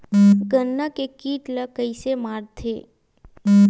गन्ना के कीट ला कइसे मारथे?